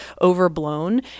overblown